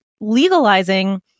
legalizing